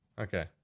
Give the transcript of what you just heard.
Okay